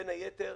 בין היתר,